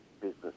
business